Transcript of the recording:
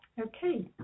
Okay